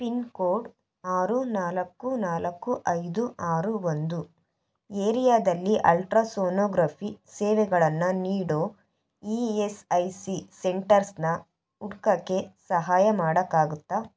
pin code ಆರು ನಾಲ್ಕು ನಾಲ್ಕು ಐದು ಆರು ಒಂದು ಏರಿಯಾದಲ್ಲಿ ಅಲ್ಟ್ರಾಸೋನೋಗ್ರಫಿ಼ ಸೇವೆಗಳನ್ನು ನೀಡೋ ಇ ಎಸ್ ಐ ಸಿ ಸೆಂಟರ್ಸ್ನ ಹುಡ್ಕಕ್ಕೆ ಸಹಾಯ ಮಾಡಕ್ಕಾಗತ್ತಾ